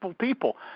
people